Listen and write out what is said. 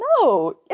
No